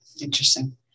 Interesting